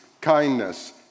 kindness